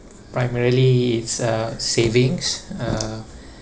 primarily it's uh savings uh